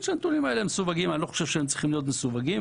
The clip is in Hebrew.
אני לא חושב שהם צריכים להיות מסווגים,